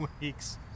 weeks